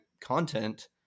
content